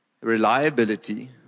reliability